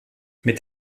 mit